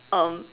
um